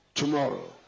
tomorrow